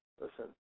listen